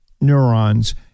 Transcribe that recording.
neurons